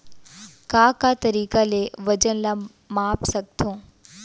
का का तरीक़ा ले वजन ला माप सकथो?